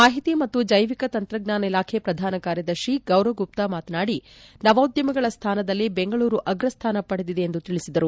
ಮಾಹಿತಿ ಮತ್ತು ಜೈವಿಕ ತಂತ್ರಜ್ಞಾನ ಇಲಾಖೆಯ ಪ್ರಧಾನ ಕಾರ್ಯದರ್ಶಿ ಗೌರವ್ ಗುಪ್ತಾ ಮಾತನಾಡಿ ನವೋದ್ಯಮಗಳ ಸ್ಥಾನದಲ್ಲಿ ಬೆಂಗಳೂರು ಅಗ್ರಸ್ಥಾನ ಪಡೆದಿದೆ ಎಂದು ತಿಳಿಸಿದರು